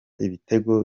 ibitego